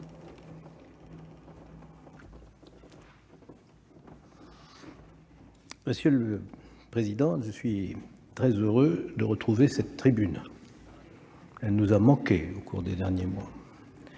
Monsieur le président, je suis très heureux de retrouver cette tribune, qui nous a manqué au cours des derniers mois